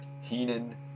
Heenan